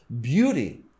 beauty